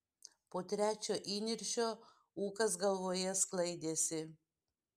po trečio įniršio ūkas galvoje sklaidėsi